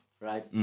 right